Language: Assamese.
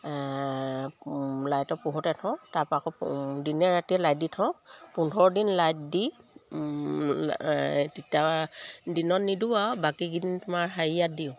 লাইটৰ পোহৰতে থওঁ তাৰপৰা আকৌ দিনে ৰাতিয়ে লাইট দি থওঁ পোন্ধৰ দিন লাইট দি তেতিয়া দিনত নিদিওঁ আৰু বাকীকেইদিন তোমাৰ হেৰিয়াত দিওঁ